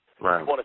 Right